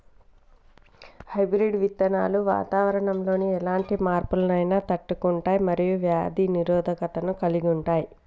hybrid విత్తనాలు వాతావరణంలోని ఎలాంటి మార్పులనైనా తట్టుకుంటయ్ మరియు వ్యాధి నిరోధకతను కలిగుంటయ్